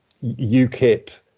UKIP